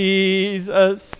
Jesus